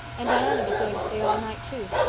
and diana was going to stay all night, too.